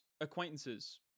acquaintances